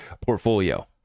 portfolio